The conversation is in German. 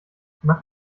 macht